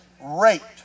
raped